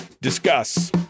discuss